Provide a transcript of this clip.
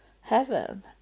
heaven